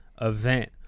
event